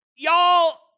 Y'all